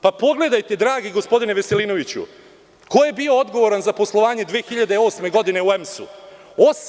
Pogledajte dragi gospodine Veselinoviću, ko je bio odgovoran za poslovanje 2008. godine u EMS-u?